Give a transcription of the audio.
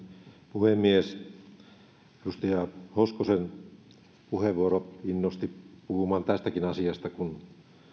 puhemies edustaja hoskosen puheenvuoro innosti puhumaan tästäkin asiasta kun